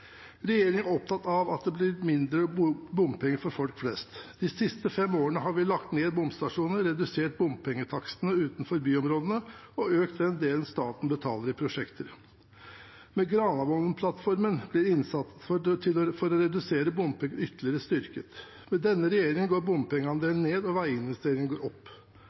Regjeringen er opptatt av at det blir mindre bompenger for folk flest. De siste fem årene har vi lagt ned bomstasjoner, redusert bompengetakstene utenfor byområdene og økt den delen staten betaler i prosjekter. Med Granavolden-plattformen blir innsatsen for å redusere bompenger ytterligere styrket. Med denne regjeringen går bompengeandelen ned og veiinvesteringene opp.